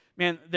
man